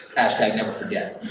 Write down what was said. hashtag never forget.